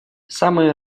самые